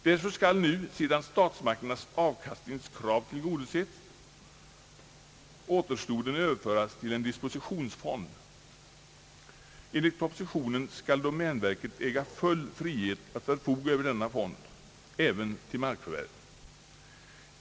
Därför skall nu, sedan statsmakternas avkastningskrav = tillgodosetts, återstoden överföras till en dispositionsfond. Enligt propositionen skall domänverket äga full frihet att förfoga över denna fond, även till markförvärv.